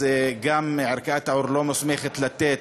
גם אז ערכאת הערעור לא מוסמכת לתת